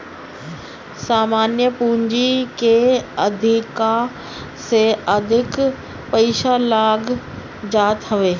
सामान्य पूंजी के अधिका से अधिक पईसा लाग जात हवे